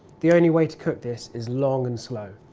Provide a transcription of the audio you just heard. the only way to cook this is long and slow.